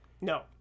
no